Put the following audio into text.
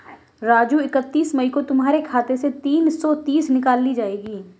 राजू इकतीस मई को तुम्हारे खाते से तीन सौ तीस निकाल ली जाएगी